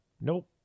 Nope